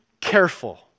careful